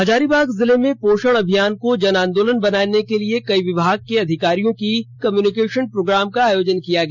हजारीबाग जिले में पोषण अभियान को जन आंदोलन बनाने के लिए कई विभाग के अधिकारियों की कंवरेंजन कम्युनिकेशन प्रोग्राम का आयोजन किया गया